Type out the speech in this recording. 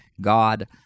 god